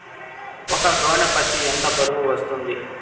ఒక గోనె పత్తి ఎంత బరువు వస్తుంది?